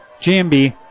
Jambi